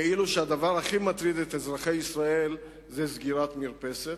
כאילו הדבר שהכי מטריד את אזרחי ישראל זה סגירת מרפסת.